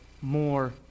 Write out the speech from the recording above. more